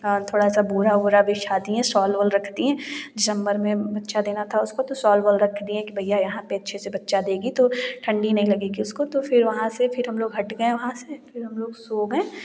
थोड़ा सा बोरा उरा बिछा दिए शॉल ऑल रख दिए दिसम्बर में बच्चा देना था उसको तो शॉल ऑल रख दिए कि भैया यहाँ पर अच्छे से बच्चा देगी तो ठंडी नहीं लगेगी उसको तो फ़िर वहाँ से फ़िर हम लोग हट गए वहाँ से फ़िर हम लोग सो गए